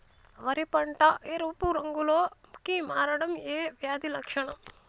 వరి పంట ఎరుపు రంగు లో కి మారడం ఏ వ్యాధి లక్షణం?